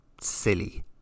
silly